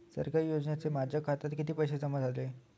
सरकारी योजनेचे माझ्या खात्यात किती पैसे जमा झाले?